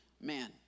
Man